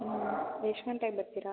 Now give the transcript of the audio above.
ಹ್ಞೂ ಎಷ್ಟು ಗಂಟೆಗೆ ಬರುತ್ತೀರಾ